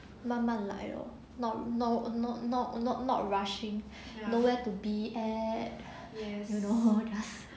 慢慢来 lor not no not not not not rushing nowhere to be at you know just